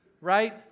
Right